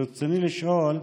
ברצוני לשאול: